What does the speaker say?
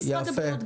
משרד הבריאות,